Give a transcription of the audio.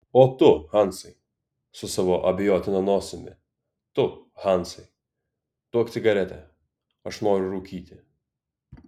o tu hansai su savo abejotina nosimi tu hansai duok cigaretę aš noriu rūkyti